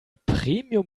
premium